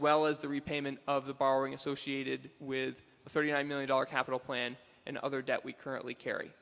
well as the repayment of the borrowing associated with the thirty nine million dollars capital plan and other debt we currently carry